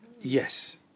Yes